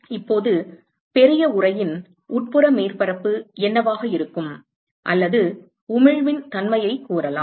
இப்போது பெரிய உறையின் உட்புற மேற்பரப்பு என்னவாக இருக்கும் அல்லது உமிழ்வின் தன்மையைக் கூறலாம்